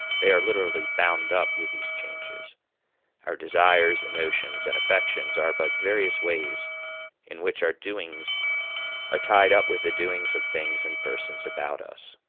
they are literally bound up with these changes our desires, emotions, and affections are but various ways in which our doings are tied up with the doings of things and persons about us.